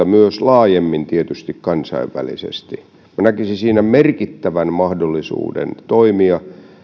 myös laajemmin kansainvälisesti minä näkisin siinä merkittävän mahdollisuuden toimia